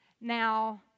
Now